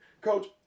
Coach